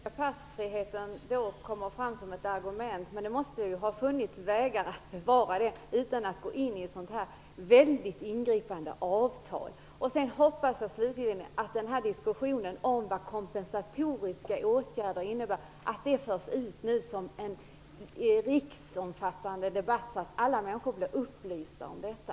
Herr talman! Den nordiska passfriheten anförs här som ett argument, men det måste ha funnits vägar att bevara den utan att gå in i ett sådant här väldigt ingripande avtal. Jag hoppas slutligen att frågan om innebörden av de kompensatoriska åtgärderna nu förs ut till en riksomfattande debatt, så att alla människor blir upplysta om detta.